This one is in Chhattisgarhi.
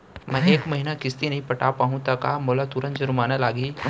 मैं ए महीना किस्ती नई पटा पाहू त का मोला तुरंत जुर्माना लागही?